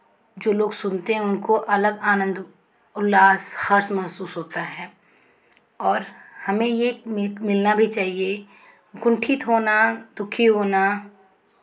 जो लोग सुनते हैं उनको अलग आनंद उल्लास हर्ष महसूस होता है और हमें ये मिलना भी चाहिए कुंठित होना दुःखी होना